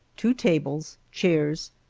two tables, chairs,